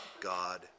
God